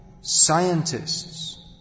scientists